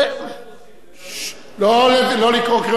לא לקרוא קריאות ביניים בעמידה ובהליכה.